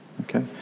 okay